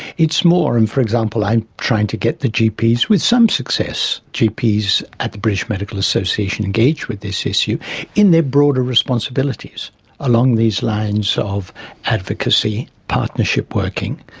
it's more for example i'm trying to get the gps with some success, gps at the british medical association engage with this issue in their broader responsibilities along these lines of advocacy, partnership working.